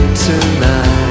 tonight